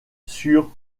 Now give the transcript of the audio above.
sur